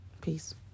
Peace